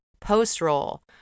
post-roll